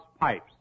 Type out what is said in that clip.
pipes